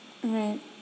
I mean